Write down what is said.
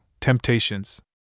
Temptations